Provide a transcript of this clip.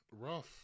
Rough